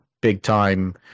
big-time